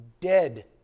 dead